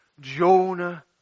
Jonah